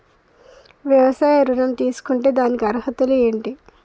వ్యవసాయ ఋణం తీసుకుంటే దానికి అర్హతలు ఏంటి?